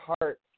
heart